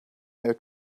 their